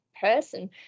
person